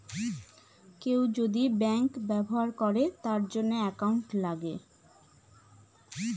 কেউ যদি ব্যাঙ্ক ব্যবহার করে তার জন্য একাউন্ট লাগে